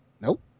Nope